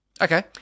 Okay